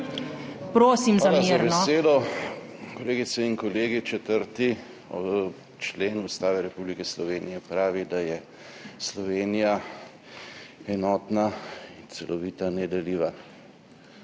Prosim za mir!